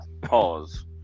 Pause